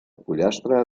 pollastre